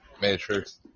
Matrix